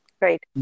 Right